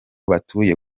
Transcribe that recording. batuye